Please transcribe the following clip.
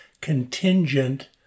contingent